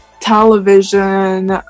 television